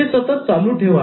हे सतत चालू ठेवा